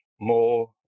more